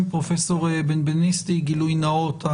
גילוי נאות,